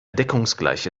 deckungsgleiche